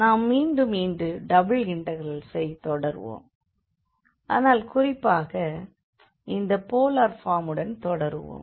நாம் மீண்டும் இன்று டபுள் இண்டெக்ரல்ஸை தொடர்வோம் ஆனால் குறிப்பாக இந்த போலார் ஃபார்ம் உடன் தொடருவோம்